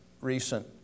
recent